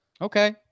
Okay